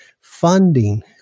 funding